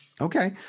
Okay